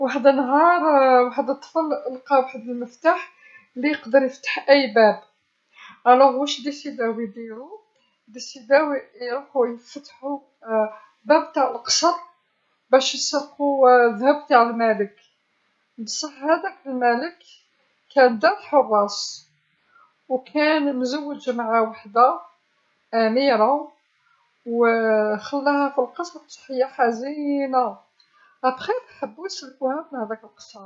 وحد النهار وحد الطفل لقى وحد المفتاح اللي يقدر يفتح أي باب، إذن واش ديسيداو يديرو، ديسيداو ي- يروحو يفتحو باب تاع القصر باش يسرقو الذهب تاع الملك، بصح هاداك الملك كان دار حراس وكان مزوج مع وحده، أميره و خلاها في القصر بصح هي حزينه، بعد ذلك حبو يسلكوها من هداك القصر.